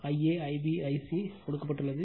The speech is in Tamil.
I a I b I c கொடுக்கப்பட்டுள்ளது